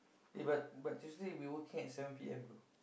eh but but Tuesday we working at seven P_M bro